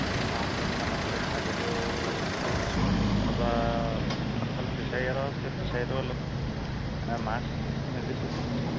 পাঁচজনীমান আছে ছাগলীও পুহিছোঁ তাৰপা আগফালে ফিছাৰী এটা আছে ফিছাৰীটো অলপ মাছ মেলিছোঁ পুহিছোঁ